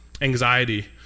anxiety